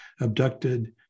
abducted